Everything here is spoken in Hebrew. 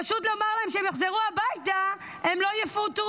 פשוט לומר להם שכשהם יחזרו הביתה הם לא יפוטרו.